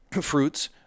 fruits